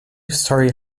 story